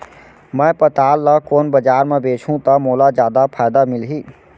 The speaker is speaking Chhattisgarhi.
मैं पताल ल कोन बजार म बेचहुँ त मोला जादा फायदा मिलही?